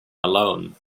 alone